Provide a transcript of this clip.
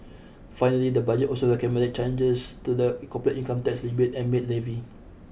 finally the budget also recommended changes to the corporate income tax rebate and maid levy